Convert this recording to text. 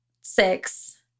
six